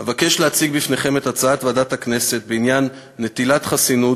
אבקש להציג בפניכם את הצעת ועדת הכנסת בעניין נטילת חסינות